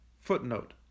Footnote